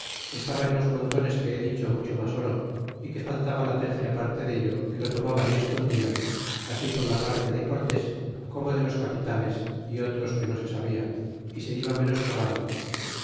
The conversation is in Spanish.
estaba en los montones que he dicho mucho mas c ro y que faltaba la tercia parte dello que lo tomaban y escondlan así por la parte de cortés como de los capitanes y otros que no se sabia y se iba menoscabando